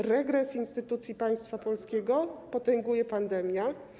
Regres instytucji państwa polskiego potęguje pandemia.